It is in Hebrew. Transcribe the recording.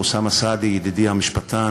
חינוך, אוסאמה סעדי, ידידי המשפטן,